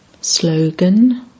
Slogan